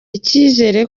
icyizere